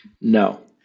No